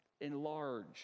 enlarge